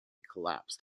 collapsed